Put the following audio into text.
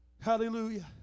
Hallelujah